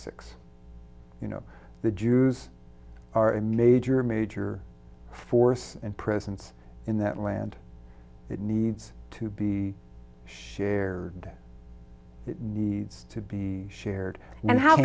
six you know the jews are a major major force and presence in that land that needs to be shared that needs to be shared and how